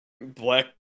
black